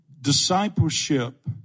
Discipleship